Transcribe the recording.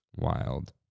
Wild